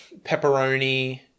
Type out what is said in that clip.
pepperoni